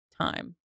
time